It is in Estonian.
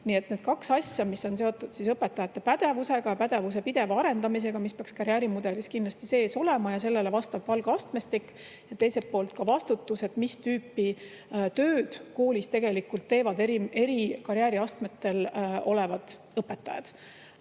need on kaks asja, mis on seotud õpetajate pädevusega ja pädevuse pideva arendamisega, mis peaks karjäärimudelis kindlasti sees olema, ja sellele vastav palgaastmestik ning teiselt poolt ka vastutus, et mis tüüpi tööd koolis tegelikult teevad eri karjääriastmetel olevad õpetajad.